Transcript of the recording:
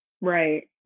Right